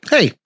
Hey